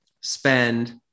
spend